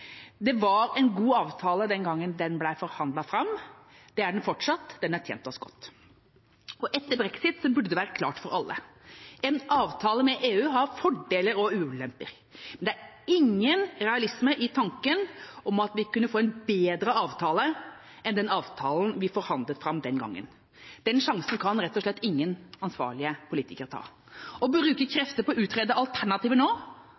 Det var en god avtale den gangen den ble forhandlet fram, og det er den fortsatt. Den har tjent oss godt. Etter brexit burde det være klart for alle: En avtale med EU har fordeler og ulemper, men det er ingen realisme i tanken om at vi vil kunne få en bedre avtale enn den avtalen vi forhandlet fram den gangen. Den sjansen kan rett og slett ingen ansvarlige politikere ta. Å bruke krefter på å utrede alternativer nå er rett og